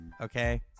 okay